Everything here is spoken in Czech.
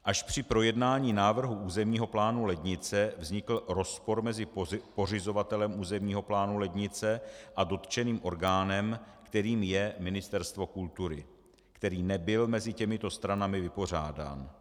Až při projednání návrhu územního plánu Lednice vznikl rozpor mezi pořizovatelem územního plánu Lednice a dotčeným orgánem, kterým je Ministerstvo kultury, který nebyl mezi těmito stranami vypořádán.